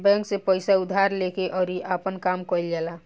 bank से पइसा उधार लेके अउरी आपन काम कईल जाला